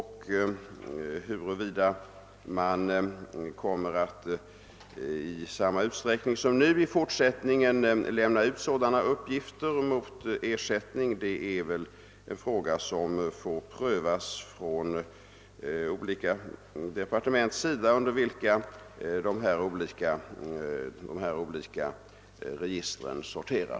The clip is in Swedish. Huruvida man i fortsättningen kommer att i samma utsträckning som nu lämna ut sådana uppgifter mot ersättning är en fråga, som får prövas av de olika departement under vilka de olika registren sorterar.